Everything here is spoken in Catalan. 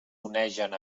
onegen